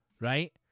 right